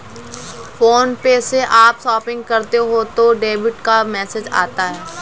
phone पे से आप शॉपिंग करते हो तो डेबिट का मैसेज आता है